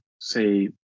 say